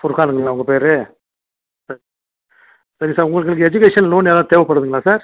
ஃபுர்ஹானுங்களா உங்கள் பேர் சரி சரி சார் உங்களுக்கு எஜுகேஷன் லோன் ஏதாவது தேவைப்படுதுங்களா சார்